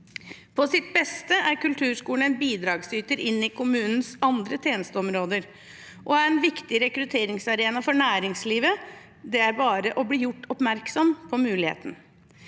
På sitt beste er kulturskolen en bidragsyter inn i kommunens andre tjenesteområder og en viktig rekrutteringsarena for næringslivet, det er bare å bli gjort oppmerksom på muligheten.